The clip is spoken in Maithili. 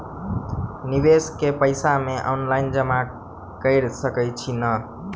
निवेश केँ पैसा मे ऑनलाइन जमा कैर सकै छी नै?